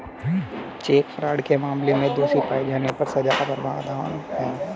check fraud के मामले में दोषी पाए जाने पर सजा का प्रावधान है